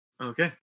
Okay